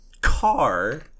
car